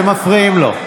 אתם מפריעים לו.